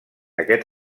aquest